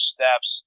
Steps